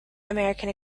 american